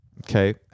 Okay